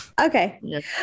Okay